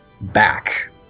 back